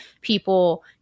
people